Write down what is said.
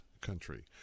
country